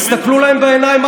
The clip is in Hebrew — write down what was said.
תסתכלו להן בעיניים.